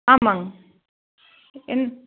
ஆமாங்க என்